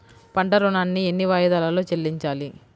పంట ఋణాన్ని ఎన్ని వాయిదాలలో చెల్లించాలి?